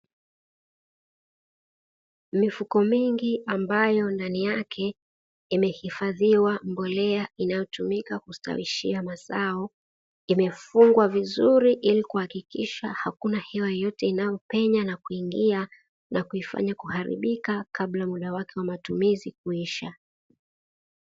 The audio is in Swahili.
Mifuko mingi ambayo ndani yake imehifadhiwa mbolea ya kustawisha mazao, imefungwa vizuri ili kuhakikisha hakuna hewa yoyote inayopenya na kuingia kuharibu kabla ya mda wake wa matumizi kuisha.